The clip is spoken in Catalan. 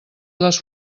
les